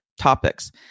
topics